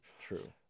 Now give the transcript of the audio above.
True